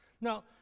Now